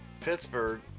Pittsburgh